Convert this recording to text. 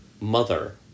mother